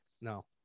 no